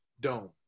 dome